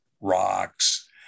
Rocks